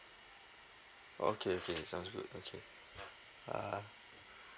okay okay sounds good okay uh